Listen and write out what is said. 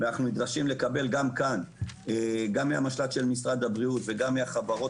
אנחנו נדרשים לקבל גם מהמשל"ט של משרד הבריאות וגם מהחברות